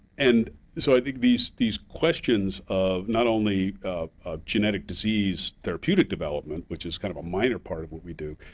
and so i think these these questions of not only genetic disease therapeutic development, which is kind of a minor part of what we do,